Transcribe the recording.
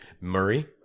Murray